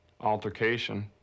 altercation